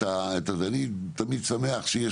אני תמיד שמח,